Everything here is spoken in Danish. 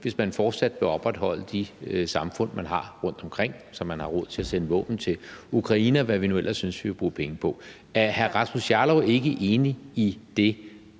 hvis man fortsat ville opretholde de samfund, man har rundtomkring, så man havde råd til at sende våben til Ukraine, og hvad vi nu ellers synes at vi vil bruge penge på. Er hr. Rasmus Jarlov ikke enig i det?